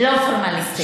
לא פורמליסטית.